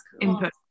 input